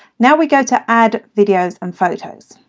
now we go to add videos and photos